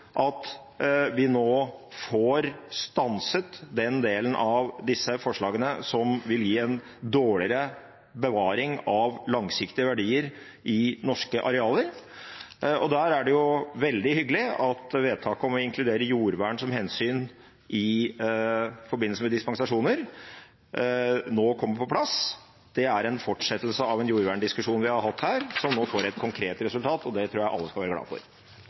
at vi nå får stanset den delen av disse forslagene som vil gi en dårligere bevaring av langsiktige verdier i norske arealer. Det er veldig hyggelig at vedtaket om å inkludere jordvern som hensyn i forbindelse med dispensasjoner nå kommer på plass. Det er en fortsettelse av en jordverndiskusjon vi har hatt her, som nå får et konkret resultat. Det tror jeg alle skal være glad for.